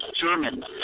German